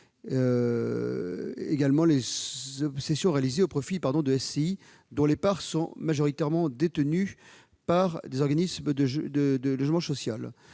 aussi les cessions réalisées au profit de SCI dont les parts sont majoritairement détenues par des organismes chargés du logement social.